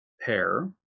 pair